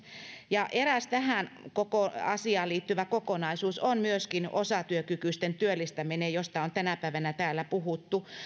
ja eräs tähän koko asiaan liittyvä kokonaisuus on myöskin osatyökykyisten työllistäminen josta on tänä päivänä täällä puhuttu